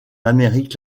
amérique